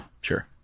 sure